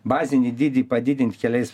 bazinį dydį padidint keliais